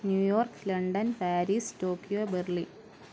New York London Paris Tokyo Berlin